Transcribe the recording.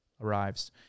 arrives